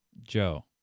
Joe